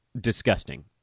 disgusting